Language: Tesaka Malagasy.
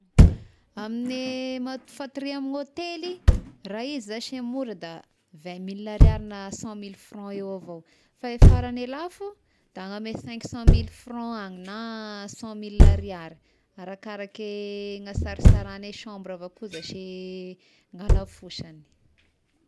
Amin'gne ma- fatoria amign'ny hôtely raha izy zashy mora da vingt mille ariary na cent mille franc eo avao, fa eh faragny e lafo da agny amin'ny cinq cent mille franc agny na cent mille ariary arakarake ny hasarasarane chambre avao koa zashy ny halafosagny.